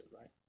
right